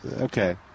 Okay